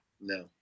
No